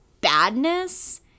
badness